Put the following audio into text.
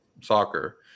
soccer